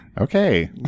Okay